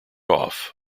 off